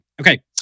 Okay